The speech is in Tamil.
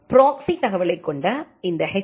ப்ராக்ஸி தகவலைக் கொண்ட இந்த எச்